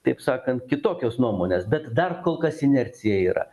taip sakant kitokios nuomonės bet dar kol kas inercija yra